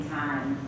time